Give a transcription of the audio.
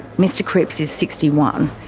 mr cripps is sixty one.